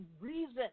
reason